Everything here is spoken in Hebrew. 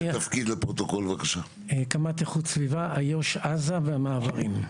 אני קמ"ט איכות סביבה, איו"ש עזה והמעברים.